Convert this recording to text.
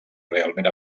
realment